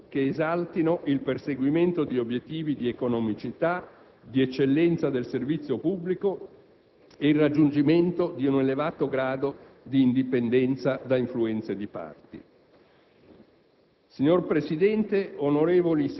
discutendo e assumendo decisioni che esaltino il perseguimento di obiettivi di economicità, di eccellenza del servizio pubblico e il raggiungimento di un elevato grado di indipendenza da influenze di parte.